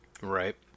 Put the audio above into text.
Right